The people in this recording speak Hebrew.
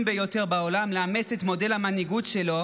ביותר בעולם לאמץ את מודל המנהיגות שלו,